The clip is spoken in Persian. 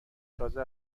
تازه